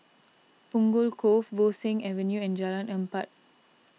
Punggol Cove Bo Seng Avenue and Jalan Empat